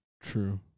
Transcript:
True